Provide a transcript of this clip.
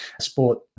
sport